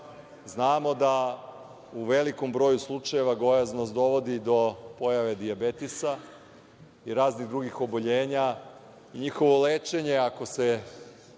Znamo da u velikom broju slučajeva gojaznost dovodi do pojave dijabetesa i raznih drugih oboljenja i njihovo lečenje, ako